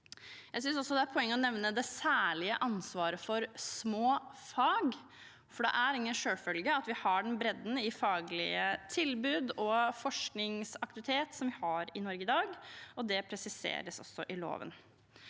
Jeg synes det er et poeng å nevne det særlige ansvaret for små fag, for det er ingen selvfølge at vi har den bredden i faglige tilbud og forskningsaktivitet som vi har i Norge i dag, og det presiseres også i loven.